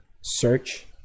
search